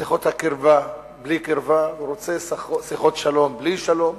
הקרבה בלי קרבה, הוא רוצה שיחות שלום בלי שלום.